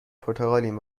پرتغالیم